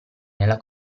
nella